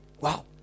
Wow